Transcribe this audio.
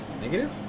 Negative